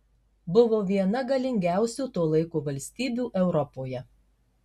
buvo viena galingiausių to laiko valstybių europoje